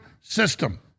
system